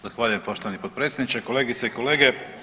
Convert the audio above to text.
Zahvaljujem poštovani potpredsjedniče, kolegice i kolege.